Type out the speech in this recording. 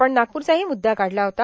आपण नागपूरचाही मुद्दा काढला होता